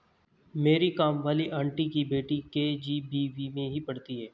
मेरी काम वाली आंटी की बेटी के.जी.बी.वी में ही पढ़ती है